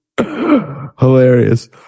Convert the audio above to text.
Hilarious